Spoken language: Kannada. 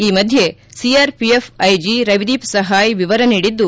ಈ ಮಧ್ಯೆ ಸಿಆರ್ಪಿಎಫ್ ಐಜಿ ರವಿದೀಪ್ ಸಹಾಯ್ ವಿವರ ನೀಡಿದ್ದು